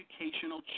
educational